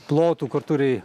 plotų kur turi